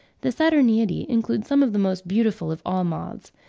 the saturniidae include some of the most beautiful of all moths,